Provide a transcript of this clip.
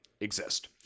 exist